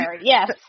yes